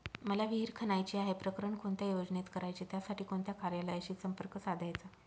मला विहिर खणायची आहे, प्रकरण कोणत्या योजनेत करायचे त्यासाठी कोणत्या कार्यालयाशी संपर्क साधायचा?